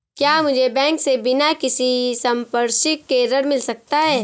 क्या मुझे बैंक से बिना किसी संपार्श्विक के ऋण मिल सकता है?